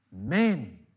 men